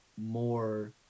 more